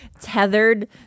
tethered